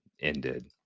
ended